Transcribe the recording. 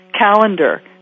calendar